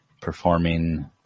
performing